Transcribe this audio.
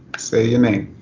say your name.